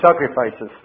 sacrifices